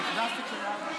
אמרת.